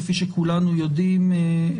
כפי שכולנו יודעים,